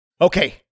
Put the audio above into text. Okay